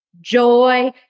joy